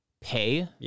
pay